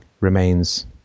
remains